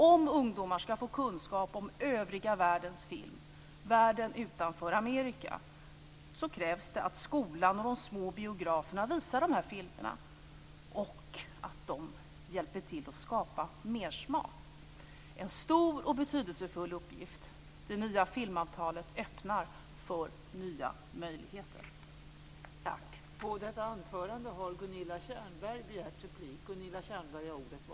Om ungdomar ska få kunskap om övriga världens film, världen utanför Amerika, krävs det att skolan och de små biograferna visar de här filmerna och att de hjälper till att skapa mersmak. En stor och betydelsefull uppgift. Det nya filmavtalet öppnar för nya möjligheter. Tack!